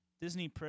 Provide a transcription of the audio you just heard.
Disney